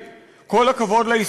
כל הכבוד לרופאי ישראל,